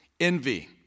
Envy